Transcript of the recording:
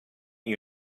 you